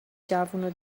جوانان